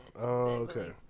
okay